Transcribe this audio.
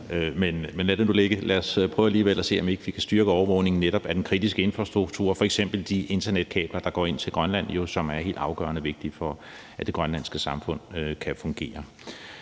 at se, om vi ikke kan styrke overvågningen af netop den kritiske infrastruktur, f.eks. af de internetkabler, der går ind til Grønland, og som jo er helt afgørende vigtige for, at det grønlandske samfund kan fungere.